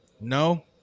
No